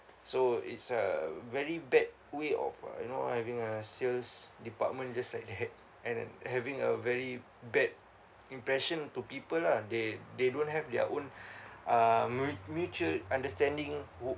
so it's a very bad way of uh you know having a sales department just like the head and then having a very bad impression to people lah they they don't have their own uh mut~ mutual understanding